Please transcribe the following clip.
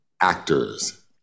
actors